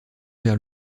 vers